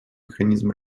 механизм